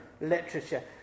literature